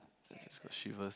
I just got shivers